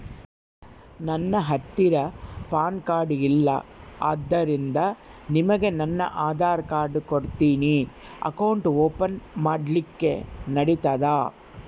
ನನ್ನ ಹತ್ತಿರ PAN card ಇಲ್ಲ ಆದ್ದರಿಂದ ನಿಮಗೆ ನನ್ನ ಆಧಾರ್ ಕಾರ್ಡ್ ಕೊಡ್ತೇನಿ ಅಕೌಂಟ್ ಓಪನ್ ಮಾಡ್ಲಿಕ್ಕೆ ನಡಿತದಾ?